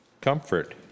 Comfort